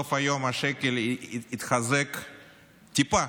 סוף היום השקל התחזק טיפה,